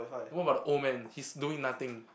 and what about the old man he's doing nothing